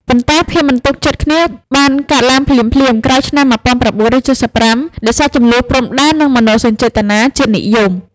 ប៉ុន្តែភាពមិនទុកចិត្តគ្នាបានកើតឡើងភ្លាមៗក្រោយឆ្នាំ១៩៧៥ ដោយសារជម្លោះព្រំដែន និងមនោសញ្ចេតនាជាតិនិយម។